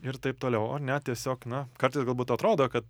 ir taip toliau o ne tiesiog na kartais galbūt atrodo kad